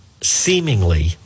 seemingly